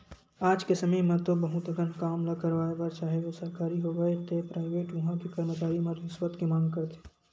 आज के समे म तो बहुत अकन काम ल करवाय बर चाहे ओ सरकारी होवय ते पराइवेट उहां के करमचारी मन रिस्वत के मांग करथे